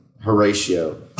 Horatio